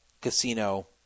casino